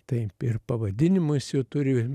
taip ir pavadinimus jų turi